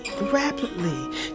rapidly